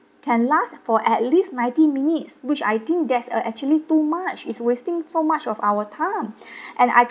can last for at least ninety minutes which I think that's uh actually too much is wasting so much of our time and I